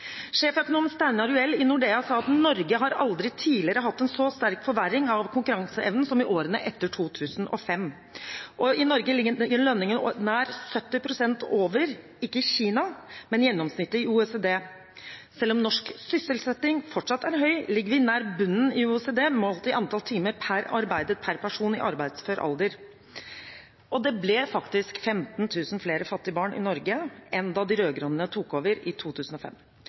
Sjeføkonom Steinar Juel i Nordea sa at Norge aldri tidligere har hatt en så sterk forverring av konkurranseevnen som i årene etter 2005, og i Norge ligger lønningene nær 70 pst. over gjennomsnittet i – ikke Kina, men OECD. Selv om norsk sysselsetting fortsatt er høy, ligger vi nær bunnen i OECD målt i antall timer arbeidet per person i arbeidsfør alder. Og det ble faktisk 15 000 flere fattige barn i Norge enn det var da de rød-grønne tok over i 2005.